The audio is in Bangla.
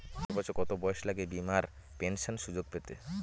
সর্বোচ্চ কত বয়স লাগে বীমার পেনশন সুযোগ পেতে?